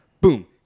boom